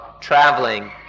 traveling